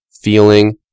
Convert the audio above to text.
feeling